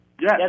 Yes